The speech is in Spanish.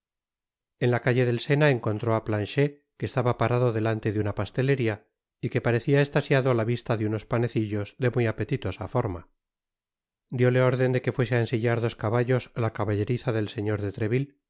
en la calle del sena encontró á planchet que estaba parado delante de una pasteleria y que parecia estasiado á la vista de unos panecillos de muy apetitosa forma dióle órden de que fuese á ensillar dos caballos á la caballeriza del señor de treville